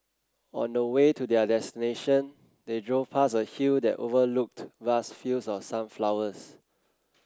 on the way to their destination they drove past a hill that overlooked vast fields of sunflowers